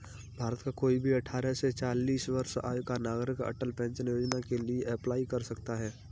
भारत का कोई भी अठारह से चालीस वर्ष आयु का नागरिक अटल पेंशन योजना के लिए अप्लाई कर सकता है